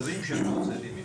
20 שנה הוצאתי מכרזים.